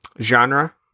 genre